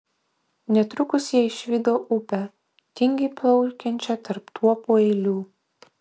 netrukus jie išvydo upę tingiai plaukiančią tarp tuopų eilių